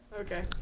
Okay